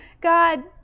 God